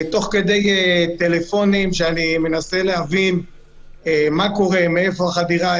תוך כדי טלפונים כשאני מנסה להבין מה קורה ומהיכן החדירה,